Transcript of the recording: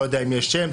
לא יודע אם יש שם,